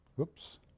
Oops